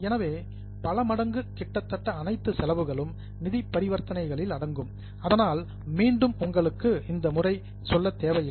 எனவே பல மடங்கு கிட்டத்தட்ட அனைத்து செலவுகளும் நிதி பரிவர்த்தனைகளில் அடங்கும் அதனால் மீண்டும் உங்களுக்கு இந்த முறையை சொல்லத் தேவையில்லை